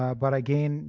ah but, again,